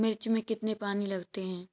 मिर्च में कितने पानी लगते हैं?